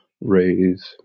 raise